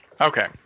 okay